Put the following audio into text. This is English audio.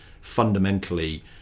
fundamentally